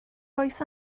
oes